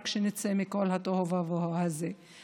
רק שנצא מכל התוהו ובוהו הזה,